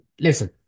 listen